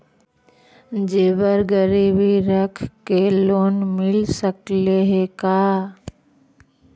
जेबर गिरबी रख के लोन मिल सकले हे का?